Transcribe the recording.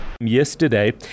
yesterday